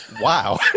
Wow